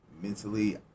mentally